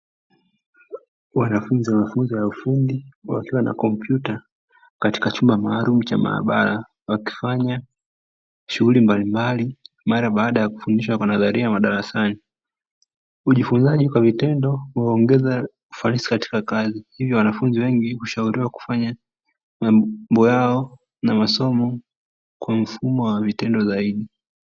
Wanafunzi wamafunzo ya ufundi wakiwa na kompyuta katika chumba maalumu cha maabara, wakifanya shughuli mbalimbali mara baada ya kufundishwa kwa nadharia madarasani, ujifunzaji kwa vitendo huongeza ufanisi katika kazi hivyo wanafunzi wengi kushauriwa kufanya mambo yao na masomo kwa mfumo wa vitendo zaidi.